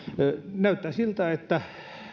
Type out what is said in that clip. näyttää siltä että